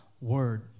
word